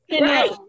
Right